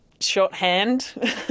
shorthand